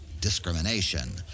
Discrimination